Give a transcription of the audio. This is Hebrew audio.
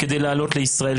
כדי לעלות לישראל,